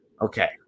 Okay